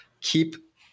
keep